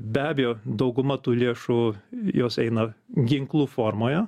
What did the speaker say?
be abejo dauguma tų lėšų jos eina ginklų formoje